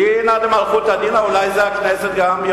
דינא דמלכותא דינא, אולי זה הכנסת גם?